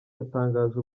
yatangaje